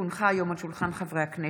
כי הונחה היום על שולחן הכנסת,